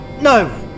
No